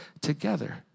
together